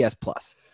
plus